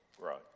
right